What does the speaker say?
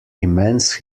immense